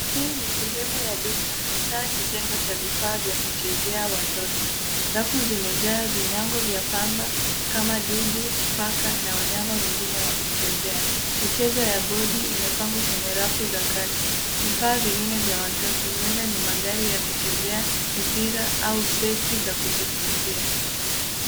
Hii ni sehemu ya duka, hasa kitengo cha vifaa vya kuchezea watoto. Rafu zimejaa vinyago vya pamba kama dubu, paka na wanyama wengine wa kuchezea. Michezo ya bodi imepangwa kwenye rafu za kati. Vifaa vingine vya watoto huenda ni magari ya kuchezea mipira au seti za kujifunza.